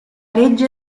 legge